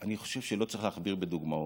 אני חושב שלא צריך להכביר בדוגמאות.